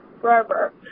forever